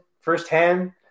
firsthand